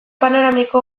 panoramiko